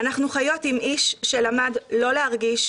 אנחנו חיות עם איש שלמד לא להרגיש,